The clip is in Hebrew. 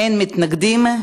אין מתנגדים.